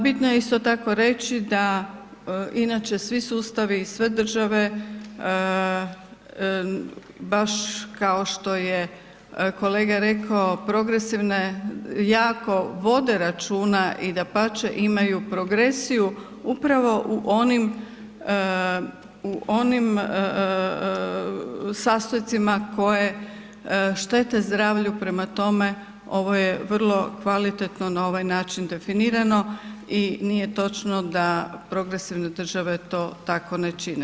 Bitno je isto tako reći da inače svi sustavi i sve države baš kao što je kolega rekao, progresivne jako vode računa i dapače, imaju progresiju upravo u onim sastojcima koje štete zdravlju prema tome, ovo je vrlo kvalitetno na ovaj način definirano i nije točno da progresivne države to tako ne čine.